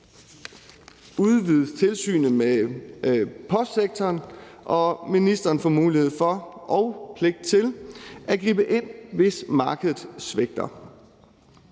udvides tilsynet med postsektoren, og ministeren får mulighed for og pligt til at gribe ind, hvis markedet svigter.